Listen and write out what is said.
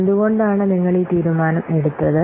എന്തുകൊണ്ടാണ് നിങ്ങൾ ഈ തീരുമാനം എടുത്തത്